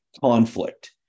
conflict